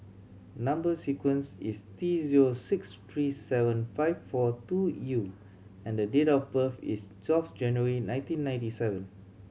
number sequence is T zero six three seven five four two U and date of birth is twelve January nineteen ninety seven